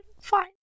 fine